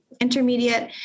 intermediate